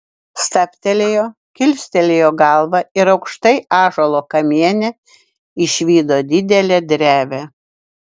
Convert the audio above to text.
stabtelėjo kilstelėjo galvą ir aukštai ąžuolo kamiene išvydo didelę drevę